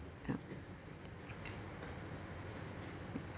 ya